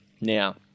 Now